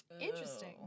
Interesting